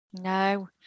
no